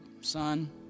son